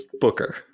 Booker